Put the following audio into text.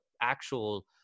actual